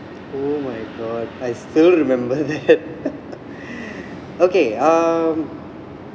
oh my god I still remember that okay um